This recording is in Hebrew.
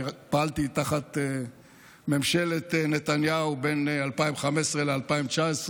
פעלתי תחת ממשלת נתניהו בין 2015 ל-2019,